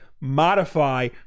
modify